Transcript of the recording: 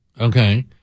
Okay